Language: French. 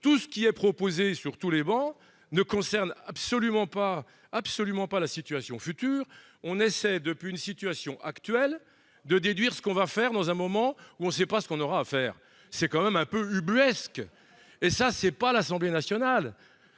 tout ce qui est proposé sur tous les bancs ne concerne absolument pas, absolument pas la situation future on essaie depuis une situation actuelle de déduire ce qu'on va faire dans un moment où on sait pas ce qu'on aura à faire, c'est quand même un peu ubuesque et ça, c'est pas l'Assemblée nationale,